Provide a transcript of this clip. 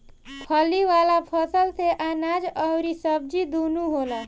फली वाला फसल से अनाज अउरी सब्जी दूनो होला